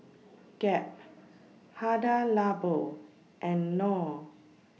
Gap Hada Labo and Knorr